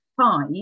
five